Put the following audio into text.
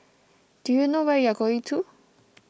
do you know where you're going to